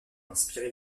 inspiré